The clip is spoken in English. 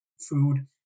food